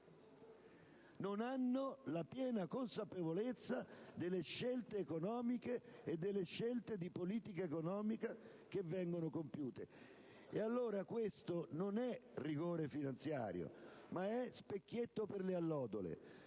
non hanno la piena consapevolezza delle scelte economiche e di politica economica che vengono compiute. E allora, questo non è rigore finanziario: è uno specchietto per le allodole.